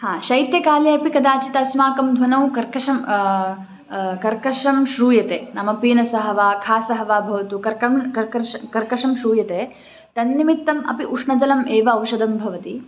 हा शैत्यकालेपि कदाचित् अस्माकं ध्वनौ कर्कषः कर्कषः श्रूयते नाम पीनसः वा कासः वा भवतु कर्कं कर्कंषः कर्कषः श्रूयते तन्निमित्तम् अपि उष्णजलम् एव औषधं भवति